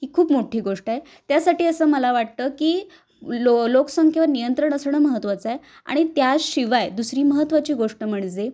ही खूप मोठी गोष्ट आहे त्यासाठी असं मला वाटतं की लो लोकसंख्येवर नियंत्रण असणं महत्त्वाचं आहे आणि त्याशिवाय दुसरी महत्त्वाची गोष्ट म्हणजे